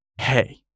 hey